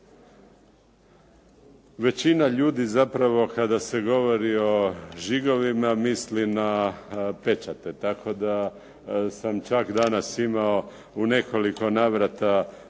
većina ljudi zapravo kada se govori o žigovima misli na pečate tako da sam čak danas imao u nekoliko navrata prilike